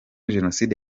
jenoside